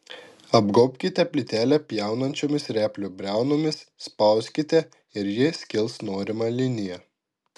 apgaubkite plytelę pjaunančiomis replių briaunomis spauskite ir ji skils norima linija